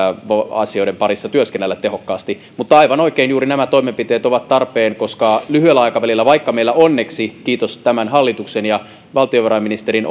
asioiden parissa työskennellä tehokkaasti mutta aivan oikein juuri nämä toimenpiteet ovat tarpeen koska lyhyellä aikavälillä vaikka meillä onneksi kiitos tämän hallituksen ja valtiovarainministerin